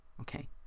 okay